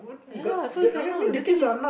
ya so it's like no the thing is